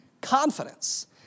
confidence